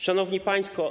Szanowni Państwo!